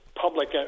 public